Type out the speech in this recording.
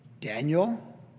Daniel